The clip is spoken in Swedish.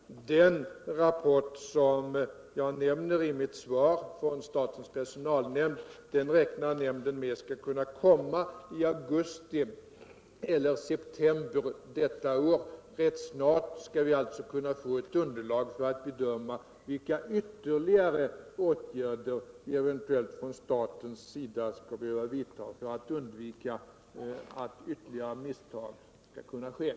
Den rapport som jag nämner i mitt svar — från statens personalnämnd — beräknar nämnden kunna lägga fram i augusti eller september detta år. Rätt snart skall vi alltså kunna få eu underlag för att bedöma vilka ytterligare åtgärder vi eventuellt från statens sida skall behöva vidta för att undvika att fler misstag sker.